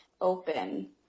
open